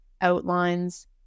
outlines